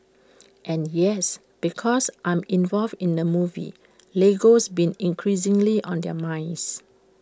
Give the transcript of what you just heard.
and yes because I'm involved in the movie Lego's been increasingly on their minds